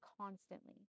constantly